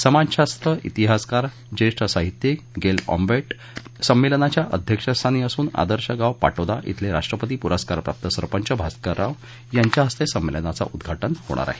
समाजशास्त्र प्तिहासकारज्येष्ठ साहित्यिक गेल ऑम्वेट संमेलनाच्या अध्यक्षस्थानी असूनआदर्श गाव पाटोदा येथील राष्ट्रपती पुरस्कारप्राप्त संरपंच भास्करराव यांच्या हस्ते संमेलनाचं उद्घाटन होणार आहे